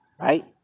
right